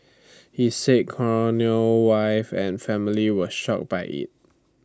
he said Cornell wife and family were shocked by IT